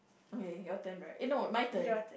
okay okay your turn right eh no my turn